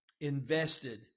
invested